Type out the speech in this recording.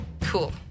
Cool